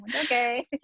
Okay